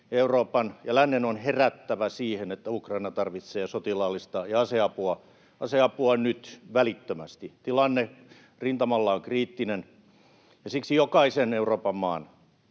Euroopan ja lännen, on herättävä siihen, että Ukraina tarvitsee sotilaallista ja aseapua nyt välittömästi. Tilanne rintamalla on kriittinen, ja siksi jokaisen Euroopan maan